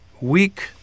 weak